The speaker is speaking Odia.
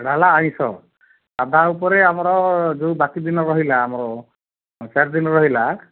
ସେଇଟା ହେଲା ଆଇଁଷ ସାଧା ଉପରେ ଆମର ଯେଉଁ ବାକି ଦିନ ରହିଲା ଆମର ଚାରି ଦିନ ରହିଲା